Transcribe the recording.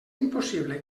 impossible